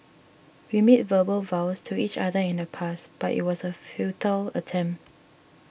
we made verbal vows to each other in the past but it was a futile attempt